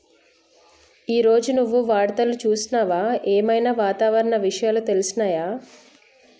ఈ రోజు నువ్వు వార్తలు చూసినవా? ఏం ఐనా వాతావరణ విషయాలు తెలిసినయా?